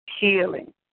Healing